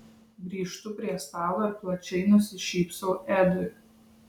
grįžtu prie stalo ir plačiai nusišypsau edui